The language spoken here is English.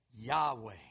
Yahweh